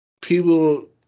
people